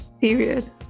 Period